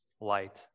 light